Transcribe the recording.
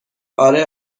اره